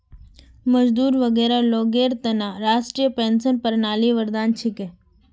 मजदूर वर्गर लोगेर त न राष्ट्रीय पेंशन प्रणाली वरदान छिके